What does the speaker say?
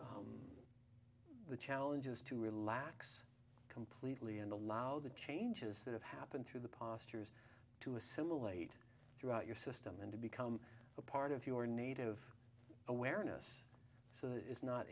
it's the challenge is to relax completely and allow the changes that have happened through the past years to assimilate throughout your system and to become a part of your native awareness so that it's not